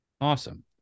Awesome